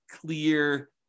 clear